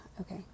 okay